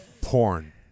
porn